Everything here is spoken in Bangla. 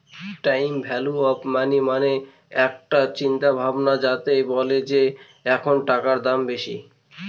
টাইম ভ্যালু অফ মানি মানে একটা চিন্তা ভাবনা যাতে বলে যে এখন কোনো টাকার দাম বেশি